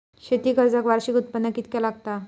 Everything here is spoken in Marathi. शेती कर्जाक वार्षिक उत्पन्न कितक्या लागता?